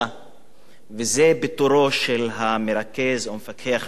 וזה פיטוריו של המרכז או המפקח על מקצוע האזרחות,